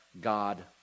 God